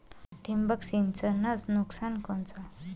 ठिबक सिंचनचं नुकसान कोनचं?